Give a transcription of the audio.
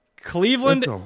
Cleveland